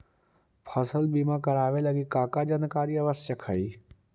फसल बीमा करावे लगी का का जानकारी आवश्यक हइ?